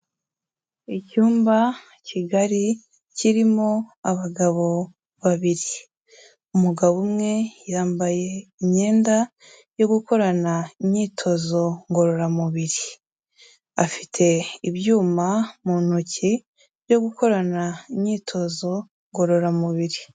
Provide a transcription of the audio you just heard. Icyumba kigari kirimo abagabo babiri, umugabo umwe yambaye imyenda yo gukorana imyitozo ngororamubiri, Afite ibyuma mu ntoki byo gukorana imyitozo ngororamubiri.